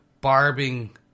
barbing